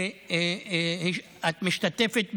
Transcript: שאת משתתפת בדיונים,